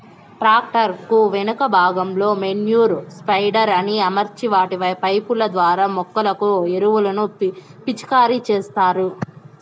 tractor కు వెనుక భాగంలో మేన్యుర్ స్ప్రెడర్ ని అమర్చి వాటి పైపు ల ద్వారా మొక్కలకు ఎరువులను పిచికారి చేత్తారు